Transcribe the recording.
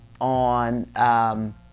on